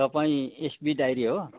तपाईँ SB diary हो